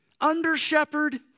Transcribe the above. Under-shepherd